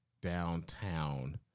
downtown